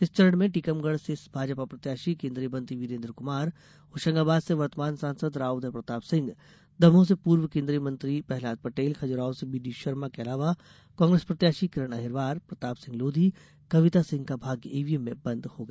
इस चरण में टीकमगढ़ से भाजपा प्रत्याशी केन्द्रीय मंत्री वीरेन्द्र क्मार होशंगाबाद से वर्तमान सांसद राव उदय प्रताप सिंह दमोह से पूर्व केन्द्रीय मंत्री प्रहलाद पटेल खजुराहो से बीडीशर्मा के अलावा कांग्रेस प्रत्याशी किरण अहिरवार प्रताप सिंह लोधी कविता सिंह का भाग्य ईवीएम में बन्द हो गया